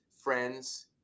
friends